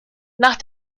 nach